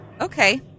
Okay